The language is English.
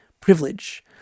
privilege